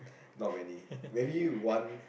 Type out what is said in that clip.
not many maybe one